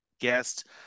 guest